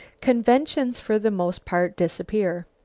conventions for the most part disappear.